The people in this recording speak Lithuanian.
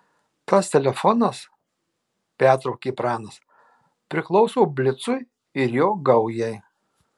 tas telefonas pertraukė pranas priklauso blicui ir jo gaujai